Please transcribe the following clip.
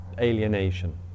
alienation